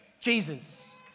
Jesus